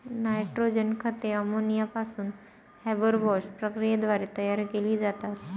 nitrogen खते ammonia पासून Haber Bosch प्रक्रियेद्वारे तयार केली जातात